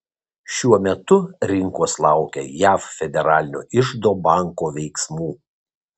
šiuo metu rinkos laukia jav federalinio iždo banko veiksmų